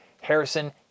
Harrison